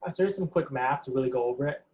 here's some quick math to really go over it,